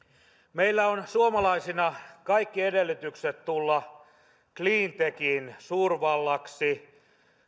meillä on suomalaisina kaikki edellytykset tulla cleantechin suurvallaksi